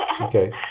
Okay